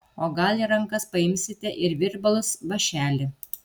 o gal į rankas paimsite ir virbalus vąšelį